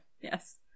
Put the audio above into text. Yes